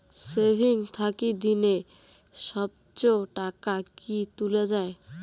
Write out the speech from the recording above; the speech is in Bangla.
সেভিঙ্গস থাকি দিনে সর্বোচ্চ টাকা কি তুলা য়ায়?